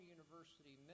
University